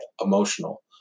emotional